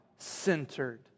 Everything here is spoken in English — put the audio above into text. centered